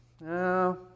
No